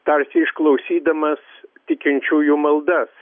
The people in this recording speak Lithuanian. tarsi išklausydamas tikinčiųjų maldas